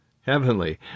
heavenly